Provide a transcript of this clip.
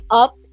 up